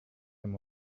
them